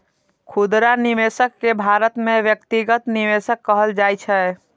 खुदरा निवेशक कें भारत मे व्यक्तिगत निवेशक कहल जाइ छै